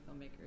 filmmakers